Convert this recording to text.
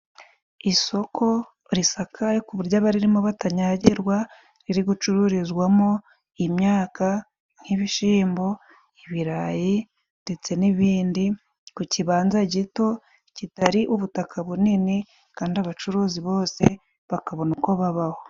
Isoko risakaye ku buryo aba ririmo batanyagirwa, riri gucururizwamo iyi myaka nk'ibishimbo, ibirayi ndetse n'ibindi, ku kibanza gito kitari ubutaka bunini, kandi abacuruzi bose bakabona uko babaho.